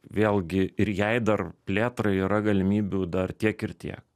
vėlgi ir jei dar plėtrai yra galimybių dar tiek ir tiek